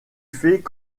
fait